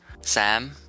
Sam